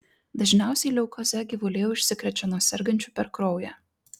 dažniausiai leukoze gyvuliai užsikrečia nuo sergančių per kraują